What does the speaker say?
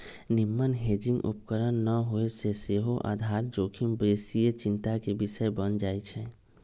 निम्मन हेजिंग उपकरण न होय से सेहो आधार जोखिम बेशीये चिंता के विषय बन जाइ छइ